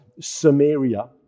Samaria